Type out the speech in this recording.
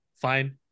fine